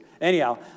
Anyhow